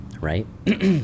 right